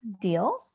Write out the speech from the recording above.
Deal